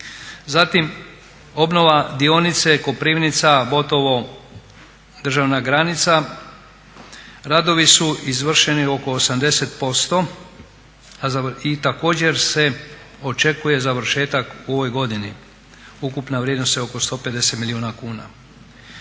Zatim, obnova dionice Koprivnica-Botovo, državna granica. Radovi su izvršeni oko 80% i također se očekuje završetak u ovoj godini. Ukupna vrijednost je oko 150 milijuna kuna.